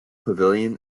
pavilion